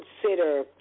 consider